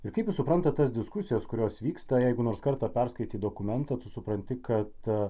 ir kaip suprantate tas diskusijas kurios vyksta jeigu nors kartą perskaitei dokumentą tu supranti kad